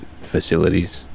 facilities